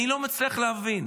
אני לא מצליח להבין.